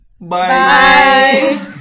bye